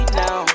now